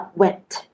went